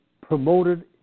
promoted